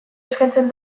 eskaintzen